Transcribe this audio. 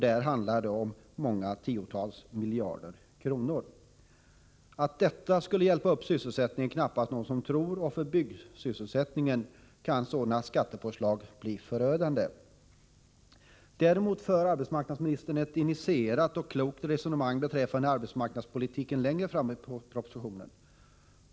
Där handlar det om många tiotals miljarder kronor. Att detta skulle hjälpa upp sysselsättningen är det knappast någon som tror, och för byggsysselsättningen kan sådana skattepåslag bli förödande. Däremot för arbetsmarknadsministern längre fram i propositionen ett initierat och klokt resonemang beträffande arbetsmarknadspolitiken.